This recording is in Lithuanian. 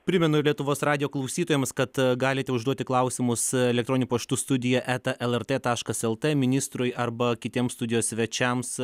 primenu ir lietuvos radijo klausytojams kad galite užduoti klausimus elektroniniu paštu studija eta lrt taškas lt ministrui arba kitiems studijos svečiams